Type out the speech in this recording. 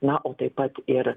na o taip pat ir